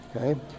Okay